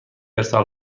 ارسال